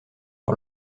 sur